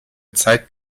zeit